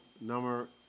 number